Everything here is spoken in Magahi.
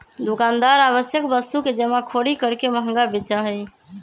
दुकानदार आवश्यक वस्तु के जमाखोरी करके महंगा बेचा हई